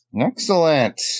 Excellent